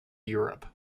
europe